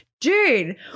dude